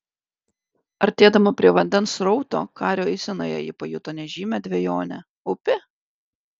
artėdama prie vandens srauto kario eisenoje ji pajuto nežymią dvejonę upė